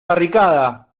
barricada